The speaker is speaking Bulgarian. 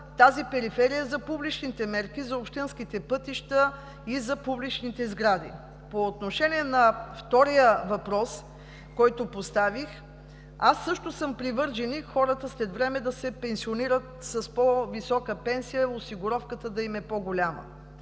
тази периферия, за публичните мерки, за общинските пътища и за публичните сгради. По отношение на втория въпрос, който поставих – аз също съм привърженик хората след време да се пенсионират с по-висока пенсия, осигуровката да им е по-голяма.